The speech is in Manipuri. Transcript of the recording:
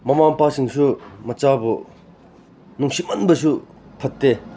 ꯃꯃꯥ ꯃꯄꯥꯁꯤꯡꯁꯨ ꯃꯆꯥꯕꯨ ꯅꯨꯡꯁꯤꯃꯟꯕꯁꯨ ꯐꯠꯇꯦ